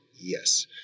Yes